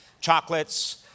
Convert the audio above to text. Chocolates